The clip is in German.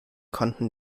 konnten